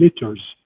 liters